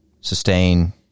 sustain